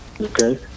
okay